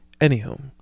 Anywho